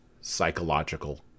psychological